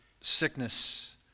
sickness